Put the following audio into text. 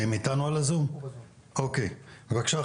בבקשה,